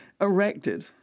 erected